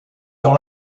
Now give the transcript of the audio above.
dans